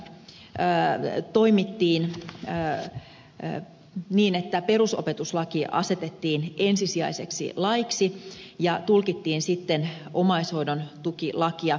aiemmin kunnissa toimittiin niin että perusopetuslaki asetettiin ensisijaiseksi laiksi ja tulkittiin omaishoidontukilakia löyhästi